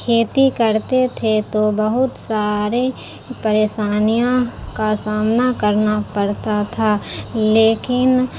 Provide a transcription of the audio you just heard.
کھیتی کرتے تھے تو بہت سارے پریشانیاں کا سامنا کرنا پڑتا تھا لیکن